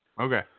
Okay